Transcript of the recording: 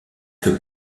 que